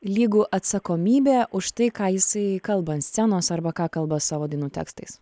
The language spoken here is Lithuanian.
lygu atsakomybė už tai ką jisai kalba ant scenos arba ką kalba savo dainų tekstais